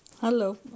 Hello